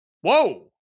whoa